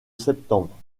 septembre